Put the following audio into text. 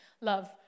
love